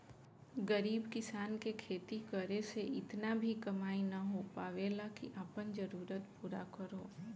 गरीब किसान के खेती करे से इतना भी कमाई ना हो पावेला की आपन जरूरत पूरा करो